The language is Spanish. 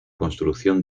construcción